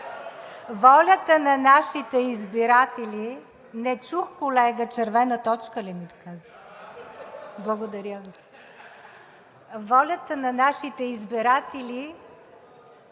волята на нашите избиратели.